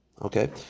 Okay